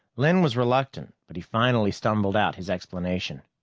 lynn was reluctant, but he finally stumbled out his explanation.